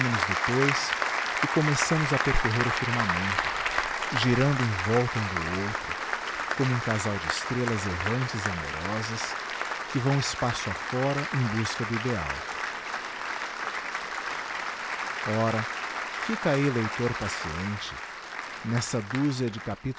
soltamo nos depois e começamos a percorrer o firmamento girando em volta um do outro como um casal de estrelas errantes e amorosas que vão espaço a fora em busca do ideal ora fica aí leitor paciente nessa dúzia de